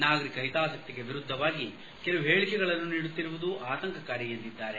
ನಾಗರಿಕ ಹಿತಾಸಕಿಗೆ ವಿರುದ್ದವಾಗಿ ಕೆಲವು ಹೇಳಿಕೆಗಳನ್ನು ನೀಡುತ್ತಿರುವುದು ಆತಂಕಕಾರಿ ಎಂದರು